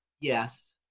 Yes